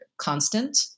constant